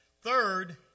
third